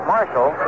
Marshall